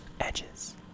Edges